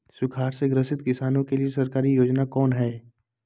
सुखाड़ से ग्रसित किसान के लिए सरकारी योजना कौन हय?